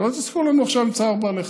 ושלא יתעסקו לנו עכשיו עם צער בעלי חיים.